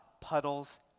puddles